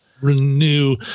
Renew